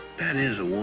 that is a